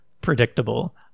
predictable